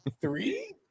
three